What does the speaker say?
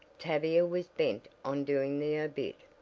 tavia was bent on doing the obit.